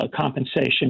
compensation